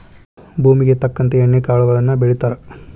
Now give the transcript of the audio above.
ಭೂಮುಗೆ ತಕ್ಕಂತೆ ಎಣ್ಣಿ ಕಾಳುಗಳನ್ನಾ ಬೆಳಿತಾರ